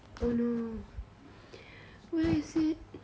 oh no where is it